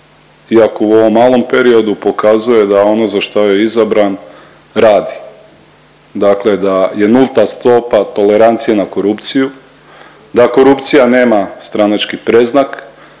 iako u ovom malom periodu pokazuje da ono za što je izabran radi, dakle da je nulta stope tolerancije na korupciju, da korupcija nema stranački predznak,